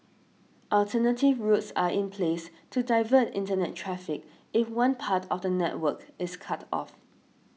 alternative routes are in place to divert Internet traffic if one part of the network is cut off